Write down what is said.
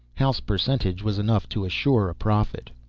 house percentage was enough to assure a profit.